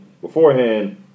beforehand